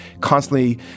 constantly